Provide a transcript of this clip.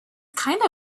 kinda